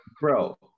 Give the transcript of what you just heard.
bro